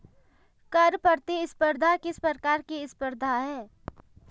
कर प्रतिस्पर्धा किस प्रकार की स्पर्धा है?